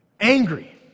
angry